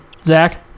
Zach